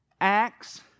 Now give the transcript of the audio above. Acts